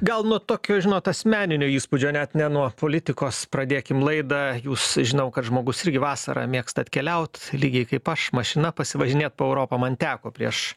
gal nuo tokio žinot asmeninio įspūdžio net ne nuo politikos pradėkim laidą jūs žinau kad žmogus irgi vasarą mėgstat keliaut lygiai kaip aš mašina pasivažinėt po europą man teko prieš